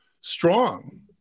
strong